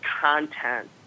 content